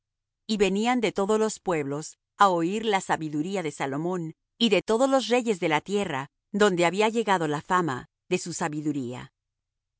y venían de todos los pueblos á oir la sabiduría de salomón y de todos los reyes de la tierra donde había llegado la fama de su sabiduría